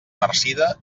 marcida